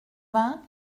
vingts